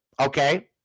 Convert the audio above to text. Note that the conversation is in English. okay